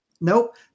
nope